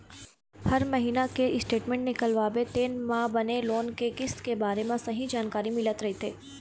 हर महिना के स्टेटमेंट निकलवाबे तेन म बने लोन के किस्त के बारे म सहीं जानकारी मिलत रहिथे